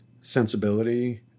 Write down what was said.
sensibility